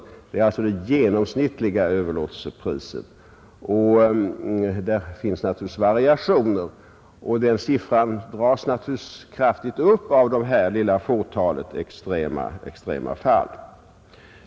Detta är alltså det genomsnittliga överpriset, men det finns naturligt nog variationer. Siffran blir givetvis mycket större på grund av det lilla antalet extrema fall.